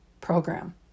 program